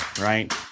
right